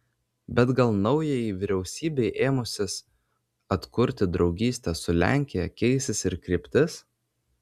bet gal naujajai vyriausybei ėmusis atkurti draugystę su lenkija keisis ir kryptis